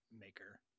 maker